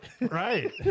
Right